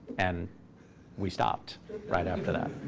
and we stopped right after that.